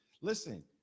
Listen